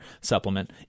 supplement